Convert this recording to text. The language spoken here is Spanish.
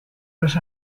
los